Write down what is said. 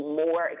more